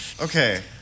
Okay